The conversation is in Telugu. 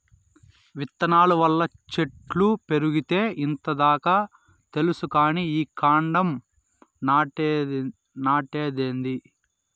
విత్తనాల వల్ల చెట్లు పెరిగేదే ఇంత దాకా తెల్సు కానీ ఈ కాండం నాటేదేందీ